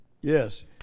Yes